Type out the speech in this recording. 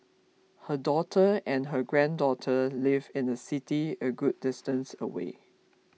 her daughter and her granddaughter live in a city a good distance away